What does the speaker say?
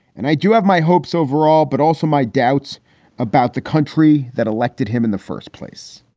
and i do have my hopes overall, but also my doubts about the country that elected him in the first place